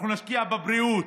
אנחנו נשקיע בבריאות,